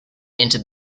entered